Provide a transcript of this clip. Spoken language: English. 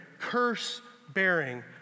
curse-bearing